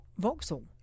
voxel